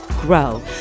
grow